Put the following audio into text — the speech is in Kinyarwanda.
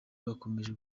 bakomeje